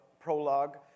prologue